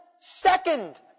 second